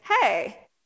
hey